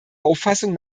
auffassung